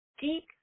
deep